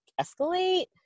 escalate